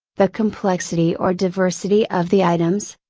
the complexity or diversity of the items,